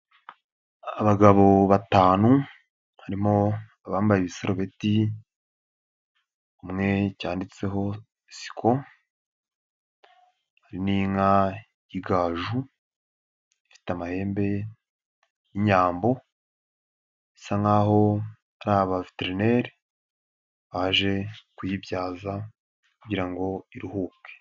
Abagabo batanu, harimo abambaye ibisarubeti, umwe cyanditseho siko, Hari n'inka y'igaju, ifite amahembe'inyambo, bisa nkaho hari abaveterineri baje kuyibyaza, kugira ngo iruhuke.